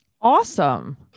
Awesome